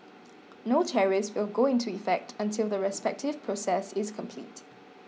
no tariffs will go into effect until the respective process is complete